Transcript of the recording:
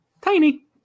tiny